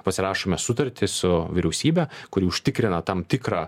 pasirašome sutartį su vyriausybe kuri užtikrina tam tikrą